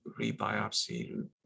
rebiopsy